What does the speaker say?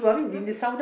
you so